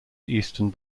eastern